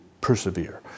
persevere